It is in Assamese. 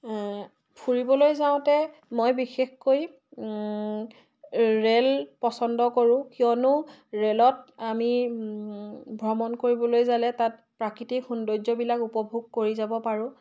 ফুৰিবলৈ যাওঁতে মই বিশেষকৈ ৰেল পচন্দ কৰোঁ কিয়নো ৰেলত আমি ভ্ৰমণ কৰিবলৈ যাওঁ তাত প্ৰাকৃতিক সৌন্দৰ্যবিলাক উপভোগ কৰি যাব পাৰোঁ